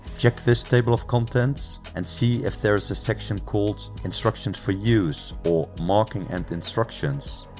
check this table of contents and see if there is a section called instructions for use or marking and instructions.